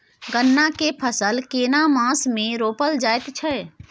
गन्ना के फसल केना मास मे रोपल जायत छै?